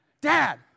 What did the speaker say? Dad